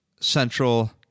Central